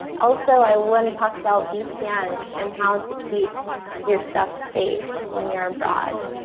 also, i wouldn't talk about vpns and how to keep your stuff safe when you're abroad.